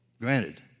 Granted